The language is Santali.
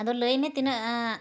ᱟᱫᱚ ᱞᱟᱹᱭᱢᱮ ᱛᱤᱱᱟᱹᱜ